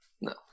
no